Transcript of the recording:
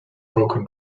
broken